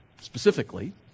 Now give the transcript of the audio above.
specifically